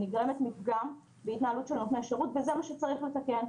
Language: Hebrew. היא נגזרת מפגם בהתנהלות של נותני השירות וזה מה שצריך לתקן.